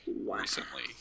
recently